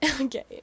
Okay